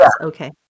okay